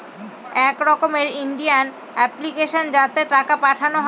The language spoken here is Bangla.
এক রকমের ইন্ডিয়ান অ্যাপ্লিকেশন যাতে টাকা পাঠানো হয়